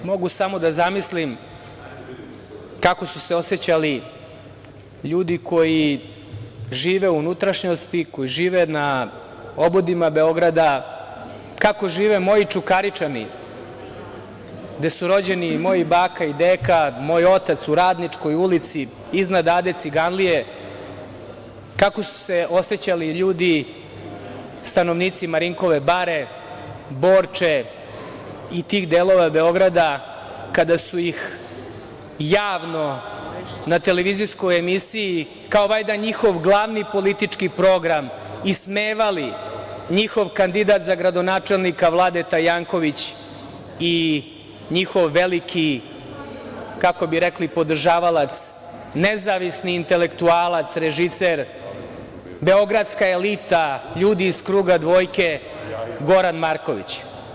Mogu samo da zamislim kako su se osećali ljudi koji žive u unutrašnjosti i koji žive na obodima Beograda, kako žive moji Čukaričani, gde su rođeni moja baka i deka, moj otac u Radničkoj ulici iznad Ade Ciganlije, kako su se osećali ljudi stanovnici Marinkove Bare, Borče i tih delova Beograda kada su ih javno u televizijskoj emisiji, kao valjda njihov glavni politički program, ismevali njihov kandidat za gradonačelnika, Vladeta Janković i njihov veliki, kako bi rekli podržavalac, nezavisni intelektualac, režiser, beogradska elita, ljudi iz kruga dvojke, Goran Marković.